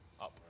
up